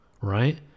right